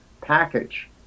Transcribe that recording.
package